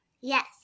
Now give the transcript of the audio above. Yes